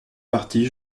partie